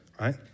right